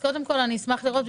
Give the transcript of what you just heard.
קודם כול אשמח לראות.